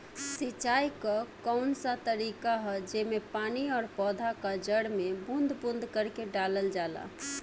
सिंचाई क कउन सा तरीका ह जेम्मे पानी और पौधा क जड़ में बूंद बूंद करके डालल जाला?